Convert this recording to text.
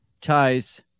ties